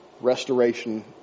restoration